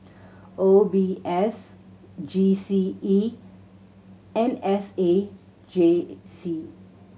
O B S G C E and S A J C